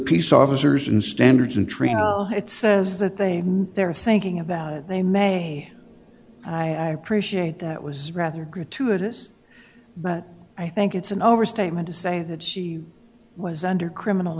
peace officers in standards and trial it says that they they're thinking about they may i appreciate that was rather gratuitous but i think it's an overstatement to say that she was under criminal